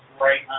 right